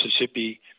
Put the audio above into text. Mississippi